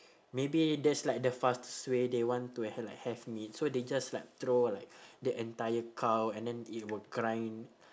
maybe that's like the fastest way they want to have like have meat so they just like throw like the entire cow and then it will grind